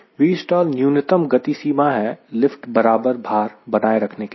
Vstall न्यूनतम गति सीमा है लिफ्ट बराबर भार बनाए रखने के लिए